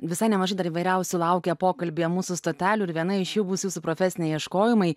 visai nemažai dar įvairiausių laukia pokalbyje mūsų stotelių ir viena iš jų bus jūsų profesiniai ieškojimai